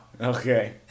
Okay